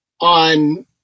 on